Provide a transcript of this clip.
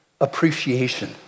appreciation